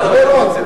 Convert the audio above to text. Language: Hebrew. זה לא קשור.